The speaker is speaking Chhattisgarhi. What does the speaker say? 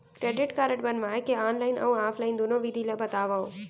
क्रेडिट कारड बनवाए के ऑनलाइन अऊ ऑफलाइन दुनो विधि ला बतावव?